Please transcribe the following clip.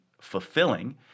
fulfilling